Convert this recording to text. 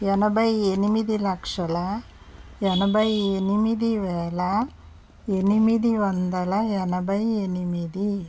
ఎనభై ఎనిమిది లక్షల ఎనభై ఎనిమిది వేల ఎనిమిది వందల ఎనభై ఎనిమిది